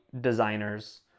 designers